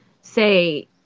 say